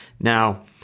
Now